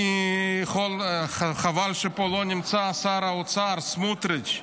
חבל ששר האוצר סמוטריץ'